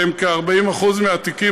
חברת הכנסת נחמיאס,